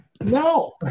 No